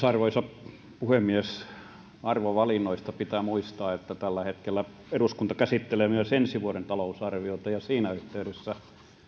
arvoisa puhemies arvovalinnoista pitää muistaa että tällä hetkellä eduskunta käsittelee myös ensi vuoden talousarviota ja siinä yhteydessä